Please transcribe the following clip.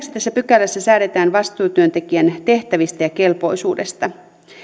tässä pykälässä säädetään vastuutyöntekijän tehtävistä ja kelpoisuudesta